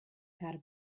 gotta